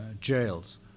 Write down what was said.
jails